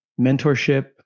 mentorship